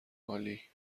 عالی